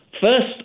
First